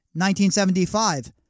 1975